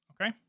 Okay